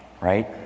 right